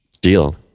deal